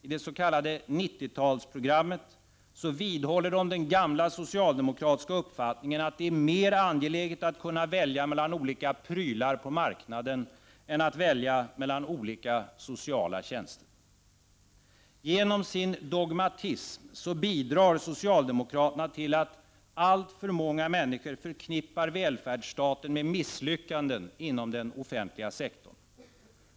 I det s.k. 90 talsprogrammet vidhåller de den gamla socialdemokratiska uppfattningen att det är mer angeläget att kunna välja mellan olika prylar på marknaden än att välja mellan olika sociala tjänster. Genom sin dogmatism bidrar socialdemokraterna till att alltför många människor förknippar välfärdsstaten med misslyckanden inom den offentliga sektorn.